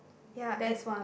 ya and